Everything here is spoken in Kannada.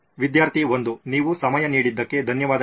ವಿದ್ಯಾರ್ಥಿ 1 ನೀವು ಸಮಯ ನೀಡಿದಕ್ಕೆ ಧನ್ಯವಾದಗಳು